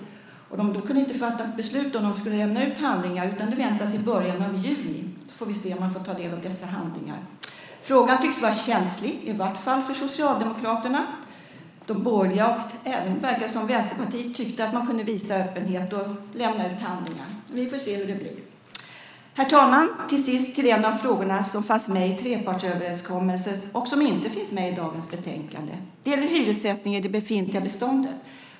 Då kunde de inte fatta beslut om de skulle lämna ut handlingarna, utan det beslutet väntas i början av juni. Då får vi se om vi får ta del av dessa handlingar. Frågan tycks vara känslig, i vart fall för Socialdemokraterna. De borgerliga, och även Vänsterpartiet verkar det som, tyckte att man kunde visa öppenhet och lämna ut handlingarna. Vi får se hur det blir. Herr talman! Låt mig till sist gå över till en av frågorna som fanns med trepartsöverenskommelsen och som inte finns med i dagens betänkande. Det gäller hyressättning i det befintliga beståndet.